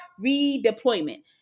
redeployment